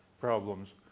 problems